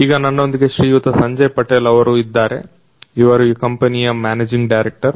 ಈಗ ನನ್ನೊಂದಿಗೆ ಶ್ರೀಯುತ ಸಂಜಯ್ ಪಟೇಲ್ ಅವರು ಇದ್ದಾರೆ ಅವರು ಈ ಕಂಪನಿಯ ಮ್ಯಾನೇಜಿಂಗ್ ಡೈರೆಕ್ಟರ್